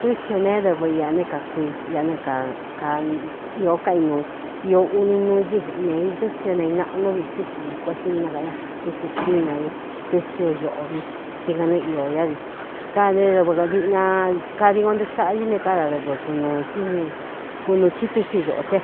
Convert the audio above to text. Tɨ́xhɨ neé dɨvɨ iō né kakui ia né īó kainuu iō uni nuu ñɨ nēī dɨxɨ neinaꞌnú vi tɨ́xhɨ nī kuetsɨ ne nakaꞌan ña tɨxɨ tína vi tɨchɨ ñoꞌo vi tí gan ne iō īá vi káda né dɨvɨ diꞌna kadi ngo ntuꞌxaꞌa ñɨ́ ne káda dɨvɨ kunūu í kunū chɨ tɨ́xhɨ xōꞌ c e